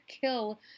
kill